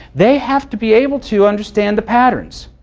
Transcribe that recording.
they have to be able to understand the patterns.